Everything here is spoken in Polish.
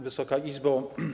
Wysoka Izbo!